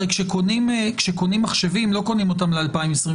הרי כשקונים מחשבים, לא קונים אותם ל-2022.